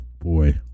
boy